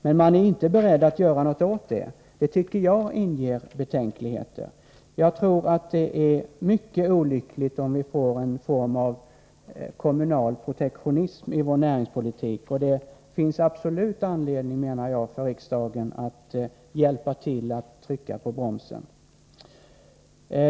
Men man är inte beredd att göra något åt det, och det tycker jag inger betänkligheter. Jag tror att det är mycket olyckligt om vi får en form av kommunal protektionism i vår näringspolitik, och det finns absolut anledning för riksdagen att hjälpa till att trycka på bromsen.